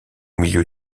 milieu